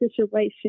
situation